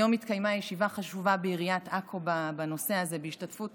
היום התקיימה ישיבה חשובה בעיריית עכו בנושא הזה בהשתתפות